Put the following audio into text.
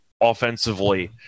offensively